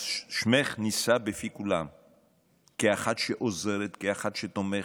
אז שמך מוזכר בפי כולם כאחת שעוזרת, כאחת שתומכת,